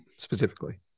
Specifically